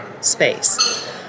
space